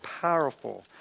powerful